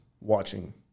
watching